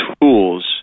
tools